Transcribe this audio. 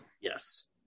Yes